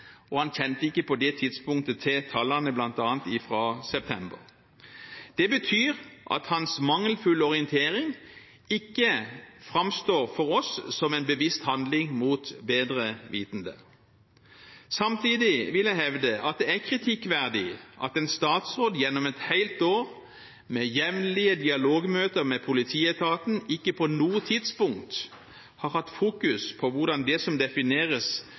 og han kjente ikke på det tidspunktet til tallene bl.a. fra september. Det betyr at hans mangelfulle orientering ikke framstår for oss som en bevisst handling mot bedre vitende. Samtidig vil jeg hevde at det er kritikkverdig at en statsråd gjennom et helt år, med jevnlige dialogmøter med politietaten, ikke på noe tidspunkt har hatt fokus på hvordan det som defineres